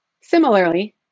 Similarly